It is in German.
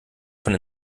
von